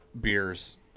beers